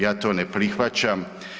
Ja to ne prihvaćam.